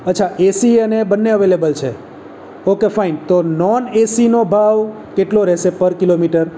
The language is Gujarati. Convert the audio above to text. અચ્છા એસી અને બંને અવેલેબલ છે ઓકે ફાઇન તો નોન એસીનો ભાવ કેટલો રહેશે પર કિલોમીટર